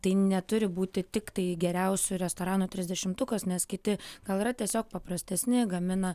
tai neturi būti tiktai geriausių restoranų trisdešimtukas nes kiti gal yra tiesiog paprastesni gamina